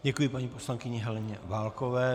Děkuji paní poslankyni Heleně Válkové.